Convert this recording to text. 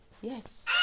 Yes